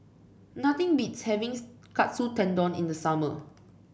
nothing beats having Katsu Tendon in the summer